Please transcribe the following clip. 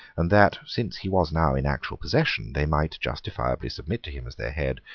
and that, since he was now in actual possession, they might justifiably submit to him as their head,